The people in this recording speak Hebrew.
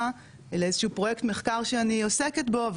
לאיזשהו פרויקט מחקר שאני עוסקת בו,